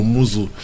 Muzu